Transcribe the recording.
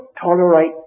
tolerate